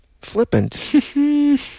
flippant